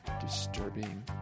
disturbing